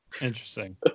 Interesting